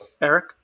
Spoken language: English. Eric